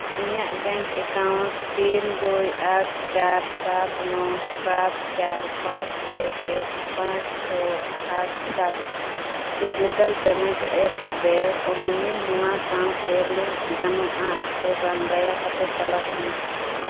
ᱤᱧᱟᱹᱜ bank account ᱛᱤᱱ ᱫᱩᱭ ᱟᱴ ᱪᱟᱨ ᱥᱟᱛ ᱱᱚ ᱥᱟᱛ ᱪᱟᱨ ᱯᱟᱪ ᱮᱠ ᱮᱠ ᱯᱟᱪ ᱪᱷᱚ ᱟᱴ ᱥᱟᱛ ᱰᱤᱡᱤᱴᱟᱞ ᱯᱮᱢᱮᱱᱴ ᱮᱯ ᱯᱮ ᱚᱢᱤᱱᱤ ᱱᱚᱣᱟ ᱥᱟᱶᱛᱮ ᱞᱤᱝᱠ ᱜᱟᱱᱚᱜᱼᱟ ᱥᱮ ᱵᱟᱝ ᱫᱟᱭᱟ ᱠᱟᱛᱮᱫ ᱛᱚᱞᱟᱥᱢᱮ